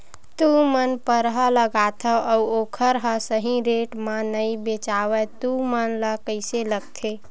तू मन परहा लगाथव अउ ओखर हा सही रेट मा नई बेचवाए तू मन ला कइसे लगथे?